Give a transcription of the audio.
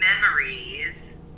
memories